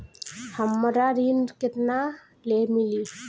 हमरा ऋण केतना ले मिली?